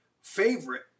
Favorite